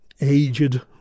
Aged